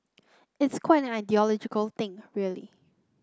it's quite an ideological thing really